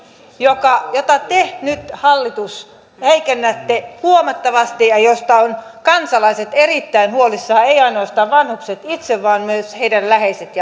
jota te nyt hallitus heikennätte huomattavasti ja josta kansalaiset ovat erittäin huolissaan eivät ainoastaan vanhukset itse vaan myös heidän läheisensä